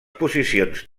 posicions